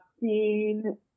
seen